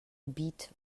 gebiet